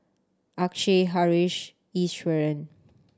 Akshay Haresh Iswaran